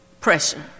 pressure